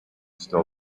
still